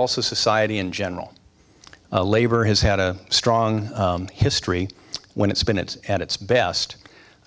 also society in general labor has had a strong history when it's been it's at its best